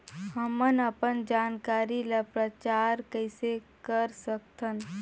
हमन अपन जानकारी ल प्रचार कइसे कर सकथन?